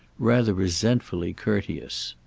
rather resentfully courteous.